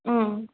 ம்